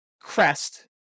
crest